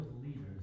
leaders